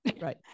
Right